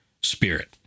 spirit